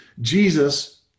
Jesus